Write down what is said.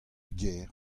gêr